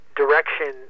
direction